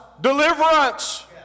deliverance